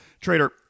Trader